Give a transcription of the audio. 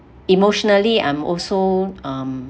emotionally I'm also um